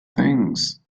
things